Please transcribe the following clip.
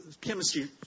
chemistry